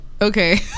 Okay